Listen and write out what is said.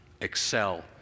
excel